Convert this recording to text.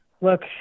look